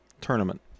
tournament